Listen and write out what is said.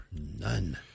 None